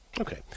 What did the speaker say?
Okay